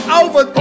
over